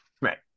Right